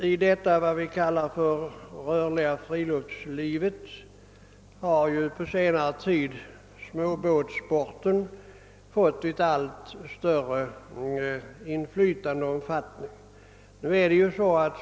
I det s.k. rörliga friluftslivet har småbåtssporten på senare tid fått en allt större omfattning.